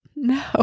No